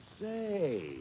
Say